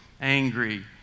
angry